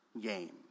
game